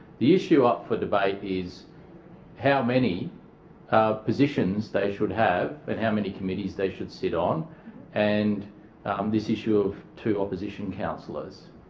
the issue up for debate is how many positions they should have and how many committees they should sit on and this issue of two opposition councillors.